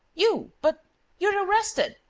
you. but you're arrested!